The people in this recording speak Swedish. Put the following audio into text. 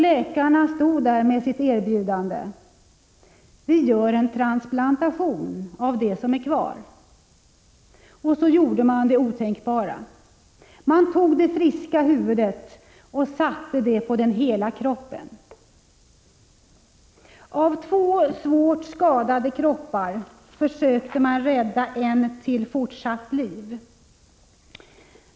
Läkarna stod där med sitt erbjudande: Vi gör en transplantation av det som är kvar. Så gjorde man det otänkbara. Man tog det friska huvudet och satte det på den hela kroppen. Av två svårt skadade kroppar försökte man rädda en till fortsatt liv.